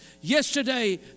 yesterday